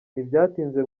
ntibyatinze